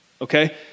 okay